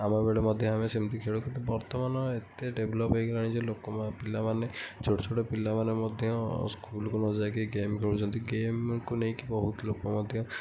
ଆମ ବେଳେ ମଧ୍ୟ ଆମେ ସେମିତି ଖେଳୁ କିନ୍ତୁ ବର୍ତ୍ତମାନ ଏତେ ଡେଭଲପ୍ ହେଇଗଲାଣି ଯେ ପିଲାମାନେ ଛୋଟ ଛୋଟ ପିଲାମାନେ ମଧ୍ୟ ସ୍କୁଲକୁ ନ ଯାଇକି ଗେମ୍ ଖେଳୁଛନ୍ତି ଗେମ୍କୁ ନେଇକି ବହୁତ ଲୋକ ମଧ୍ୟ